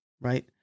right